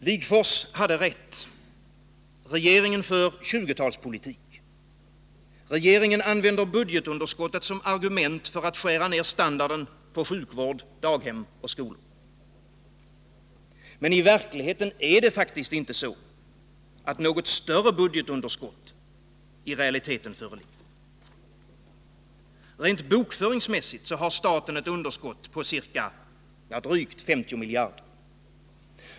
Wigforss hade rätt. Regeringen för 20-talspolitik. Regeringen använder budgetunderskottet som argument för att skära ner standarden på sjukvård, daghem och skolor. Menii verkligheten är det faktiskt inte så att något större budgetunderskott föreligger. Rent bokföringsmässigt har staten ett underskott på drygt 50 miljarder.